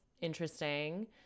interesting